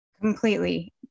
Completely